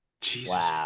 Jesus